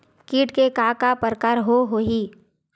कीट के का का प्रकार हो होही?